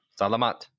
salamat